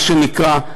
מה שנקרא,